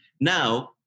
Now